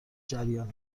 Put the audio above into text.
جریان